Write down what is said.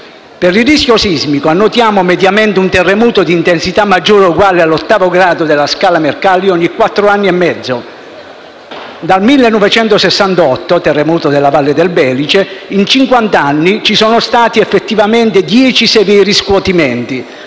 Per il rischio sismico, annotiamo mediamente un terremoto di intensità maggiore o eguale all'ottavo grado della scala Mercalli ogni quattro anni e mezzo. Dal 1968 (terremoto della valle del Belice), in cinquant'anni ci sono stati dieci severi scuotimenti,